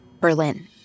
Berlin